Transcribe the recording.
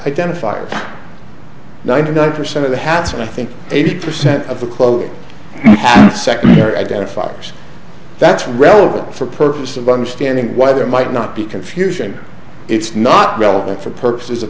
identifier ninety nine percent of the hats and i think eighty percent of the clothing and secondary identifiers that's relevant for purposes of understanding why there might not be confusion it's not relevant for purposes of